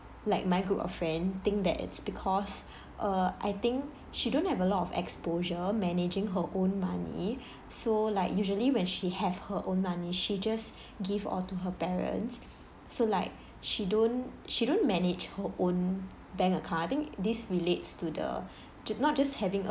like my group of friend think that it's because uh I think she don't have a lot of exposure managing her own money so like usually when she have her own money she just give all to her parents so like she don't she don't manage her own bank account I think this relates to the just not just having a